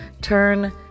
Turn